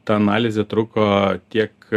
ta analizė truko tiek